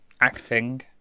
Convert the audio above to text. Acting